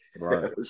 right